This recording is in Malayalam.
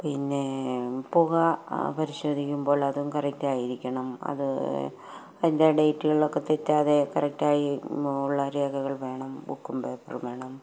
പിന്നെ പുക പരിശോധിക്കുമ്പോൾ അതും കറക്റ്റായിരിക്കണം അത് അതിൻ്റെ ഡേറ്റുകളൊക്കെ തെറ്റാതെ കറക്റ്റായിട്ടുള്ള രേഖകൾ വേണം ബുക്കും പേപ്പറും വേണം